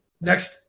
next